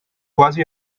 quasi